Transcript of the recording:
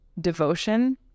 devotion